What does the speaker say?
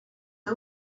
you